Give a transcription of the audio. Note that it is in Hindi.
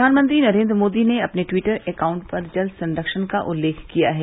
प्रधानमंत्री नरेन्द्र मोदी ने अपने ट्विटर अकाउंट पर जल संरक्षण का उल्लेख किया है